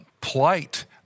plight